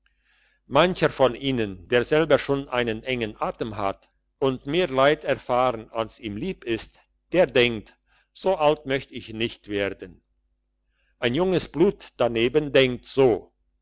mancher von ihnen der selber schon einen engen atem hat und mehr leid erfahren als ihm lieb ist der denkt so alt möchte ich nicht werden ein junges blut daneben denkt so